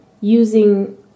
using